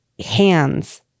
hands